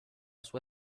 sua